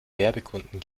werbekunden